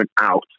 out